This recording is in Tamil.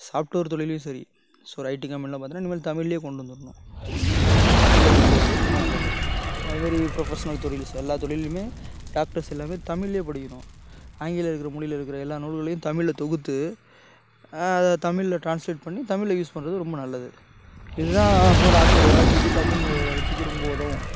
சாஃப்ட்வேர் தொழில்லையும் சரி ஸோ ஒரு ஐடி கம்பெனிலாம் பார்த்தோன்னா இனிமேல் தமிழ்ல கொண்டு வந்துருணும் அந்தமாரி தமிழில் கொண்டு வரது ரொம்ப நல்லது அதுமாரி ஃப்ரொஃபஷ்னல் துறையிலிஸ் எல்லா தொழில்லையுமே டாக்டர்ஸ் எல்லாமே தமிழ்ல படிக்கிறோம் ஆங்கில இருக்கிற மொழியில் இருக்கிற எல்லா நூல்களையும் தமிழில் தொகுத்து அதை தமிழில் ட்ரான்ஸ்லேட் பண்ணி தமிழில் யூஸ் பண்ணுறது ரொம்ப நல்லது இது தான் நம்ம நாட்டோடைய வளர்ச்சிக்கு தமிழ்மொழியோட வளர்ச்சிக்கு ரொம்ப உதவும்